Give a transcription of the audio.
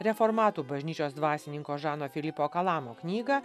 reformatų bažnyčios dvasininko žano filipo kalamo knygą